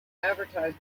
advertisement